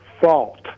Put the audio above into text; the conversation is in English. fault